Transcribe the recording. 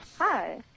Hi